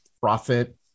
profit